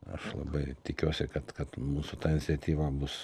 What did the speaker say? aš labai tikiuosi kad kad mūsų iniciatyva bus